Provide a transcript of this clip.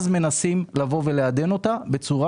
אחרי זה מנסים לעדן אותה כך,